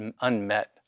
unmet